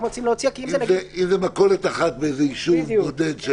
אנחנו רוצים להציע --- אם זו מכולת אחת באיזשהו ישוב בודד,